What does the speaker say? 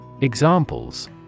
Examples